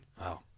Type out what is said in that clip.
Wow